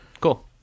Cool